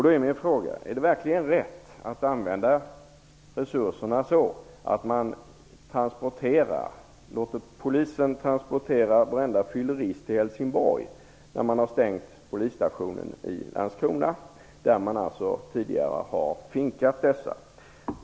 Då är min fråga: Är det verkligen rätt att använda resurserna till att låta Polisen transportera varenda fyllerist till Helsingborg därför att man har stängt polisstationen i Landskrona? Där har man tidigare finkat dessa.